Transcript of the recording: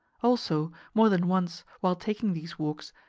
also, more than once, while taking these walks,